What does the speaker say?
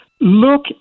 Look